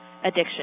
addiction